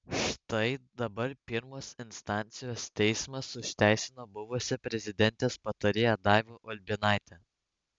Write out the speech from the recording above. štai dabar pirmos instancijos teismas išteisino buvusią prezidentės patarėją daivą ulbinaitę